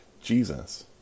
Jesus